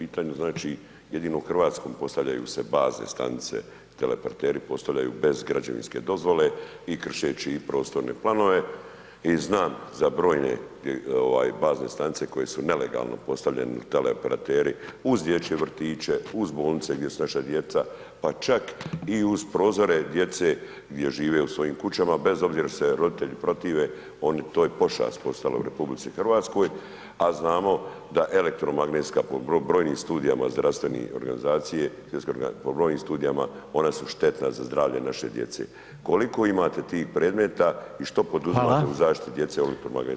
Znači jedino u Hrvatskoj postavljaju se bazne stanice, teleoperateri postavljaju bez građevinske dozvole i kršeći i prostorne planove i znam za brojne bazne stanice koje su nelegalno postavljeni teleoperateri uz dječje vrtiće, uz bolnice gdje su naša djeca pa čak i uz prozore djece gdje žive u svojim kućama bez obzira što se roditelji protive, to je pošast postala u RH a znamo da elektromagnetska po brojnim studijama zdravstvene organizacije, po brojnim studijama, ona su štetna za zdravlje naše djece, koliko imate tih predmeta i što poduzimate u zaštiti djece od elektromagnetskog zračenja?